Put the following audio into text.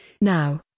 Now